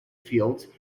fields